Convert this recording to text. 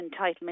entitlement